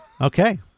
Okay